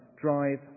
drive